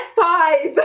five